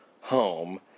home